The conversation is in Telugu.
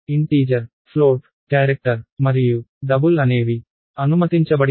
ఇంటీజర్ ఫ్లోట్ క్యారెక్టర్ మరియు డబుల్ అనేవి అనుమతించబడిన వివిధ రకాలు